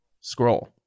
scroll